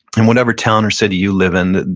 and whatever town or city you live in,